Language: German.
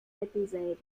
kettensägen